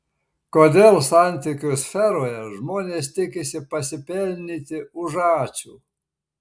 kodėl santykių sferoje žmonės tikisi pasipelnyti už ačiū